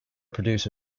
produce